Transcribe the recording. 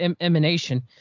emanation